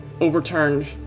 overturned